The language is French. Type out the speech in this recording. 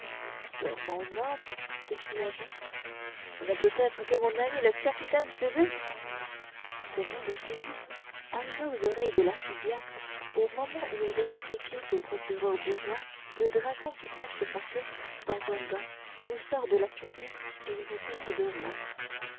sur mon âme s'écria jehan ce ne peut-être que mon ami le capitaine phoebus ce nom de phoebus arriva aux oreilles de l'archidiacre au moment où il expliquait au procureur du roi le dragon qui cache sa queue dans un bain d'où sort de la fumée et une tête de roi